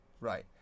Right